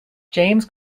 james